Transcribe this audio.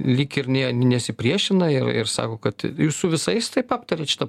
lyg ir nė nesipriešina ir sako kad jūs su visais taip aptarėt šitą